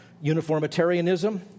uniformitarianism